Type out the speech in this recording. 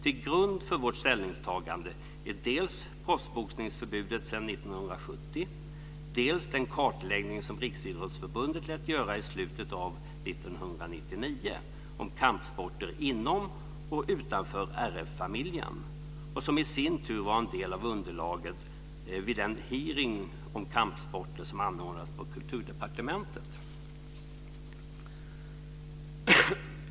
Till grund för vårt ställningstagande ligger dels proffsboxningsförbudet sedan 1970, dels den kartläggning som Riksidrottsförbundet lät göra i slutet av 1999 av kampsporter inom och utanför RF-familjen och som i sin tur var en del av underlaget vid den hearing om kampsporter som anordnades på Kulturdepartementet.